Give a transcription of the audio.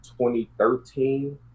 2013